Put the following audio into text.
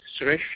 Suresh